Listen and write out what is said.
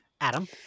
Adam